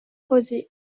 rosé